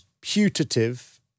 putative